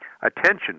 attention